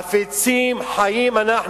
אם חפצים חיים אנחנו,